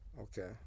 Okay